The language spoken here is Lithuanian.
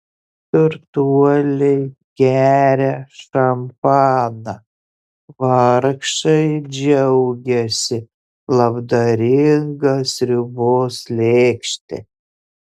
turtuoliai geria šampaną vargšai džiaugiasi labdaringa sriubos lėkšte